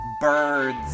birds